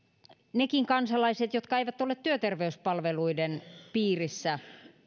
nekin kansalaiset jotka eivät ole työterveyspalveluiden piirissä